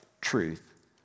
Truth